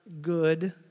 good